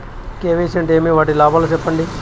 KYC అంటే ఏమి? వాటి లాభాలు సెప్పండి?